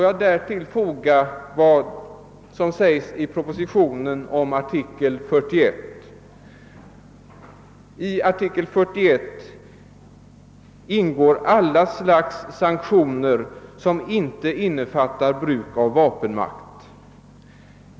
I propositionen sägs beträffande artikeln 41 att däri ingår alla slags sanktioner som inte innefattar bruk av vapenmakt.